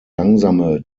langsame